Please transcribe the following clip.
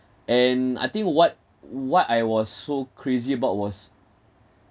and I think what what I was so crazy about was